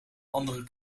andere